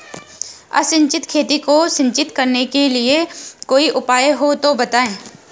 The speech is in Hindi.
असिंचित खेती को सिंचित करने के लिए कोई उपाय हो तो बताएं?